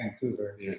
Vancouver